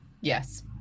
Yes